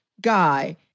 guy